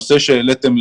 נושא שהעליתם,